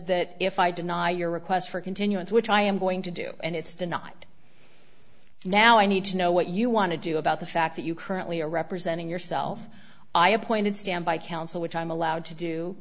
that if i deny your request for a continuance which i am going to do and it's denied now i need to know what you want to do about the fact that you currently are representing yourself i appointed standby counsel which i'm allowed to do